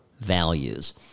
values